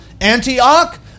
Antioch